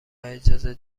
اجازه